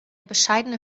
bescheidene